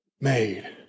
made